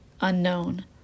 unknown